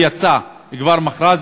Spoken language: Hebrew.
ויצא כבר מכרז,